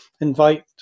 invite